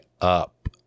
up